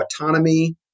autonomy